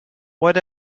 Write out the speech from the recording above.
what